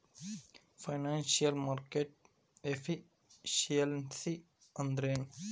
Financial market efficiency ಅಂದ್ರೇನು?